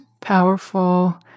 powerful